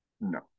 No